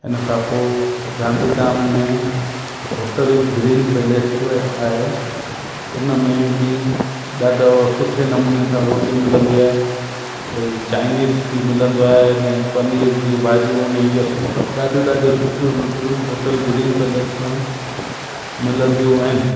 हिन खां पोइ गांधीधाम में होटल ग्रीन पैलेस आहे उन में बि ॾाढो सुठो नमूने सां रोटी मिलंदी आहे भई चाइनीज बि मिलंदो आहे इन पनीर जूं भाॼियूं उन इहो सभु सभु ॾाढियूं ॾाढियूं सुठियूं सुठियूं होटल ग्रीन पैलेस में मिलंदियूं आहिनि